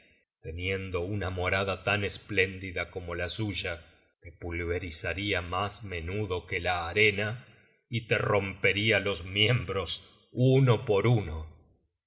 teniendo una morada tan espléndida como la suya te pulverizaria mas menudo que la arena y te romperia los miembros uno por uno